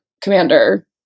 Commander